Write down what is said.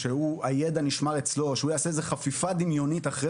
שהידע נשמר אצלו ושהוא יעשה איזו חפיפה דמיונית אחרי